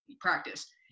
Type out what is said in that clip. practice